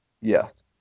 Yes